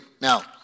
Now